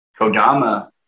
Kodama